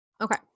Okay